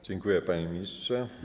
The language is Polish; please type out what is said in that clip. Dziękuję, panie ministrze.